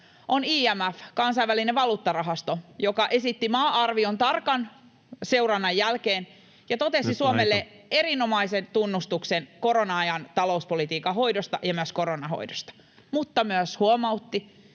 on IMF, Kansainvälinen valuuttarahasto, joka esitti tarkan seurannan jälkeen maa-arvion ja totesi Suomelle [Puhemies: Nyt on aika!] erinomaisen tunnustuksen korona-ajan talouspolitiikan hoidosta ja myös koronan hoidosta mutta myös huomautti,